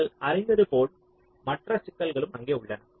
நீங்கள் அறிந்தது போல் மற்ற சிக்கல்களும் அங்கே உள்ளன